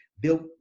built